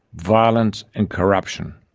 violence and corruption.